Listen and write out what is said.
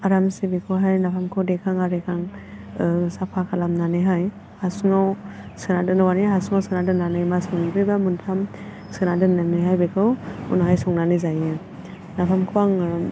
आरामसे बेखौहाय नाफामखौ देखां आरिखां साफा खालामनानैहाय हासुङाव सोनानै औवानि हासुङाव सोना दोन्नानै मास मोनब्रै बा मोनथाम सोना दोन्नानैहाय बेखौ उनावहाय संनानै जायो नाफामखौ आङो